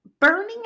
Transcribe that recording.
burning